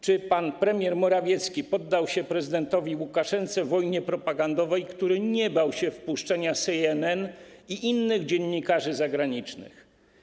Czy pan premier Morawiecki poddał się prezydentowi Łukaszence w wojnie propagandowej, który nie bał się wpuszczenia CNN i innych dziennikarzy zagranicznych?